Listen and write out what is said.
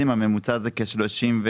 הממוצע זה כ-39%,